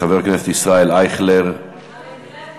חבר הכנסת ישראל אייכלר, סליחה?